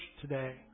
today